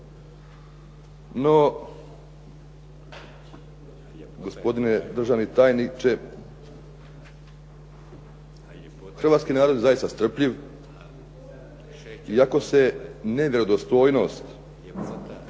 No, gospodine državni tajniče, hrvatski narod je zaista strpljiv, iako se nevjerodostojnost